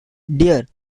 dear